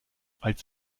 als